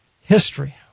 history